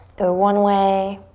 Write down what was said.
the one way